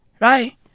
Right